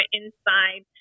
inside